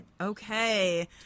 Okay